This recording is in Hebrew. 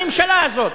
הממשלה הזאת,